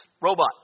robot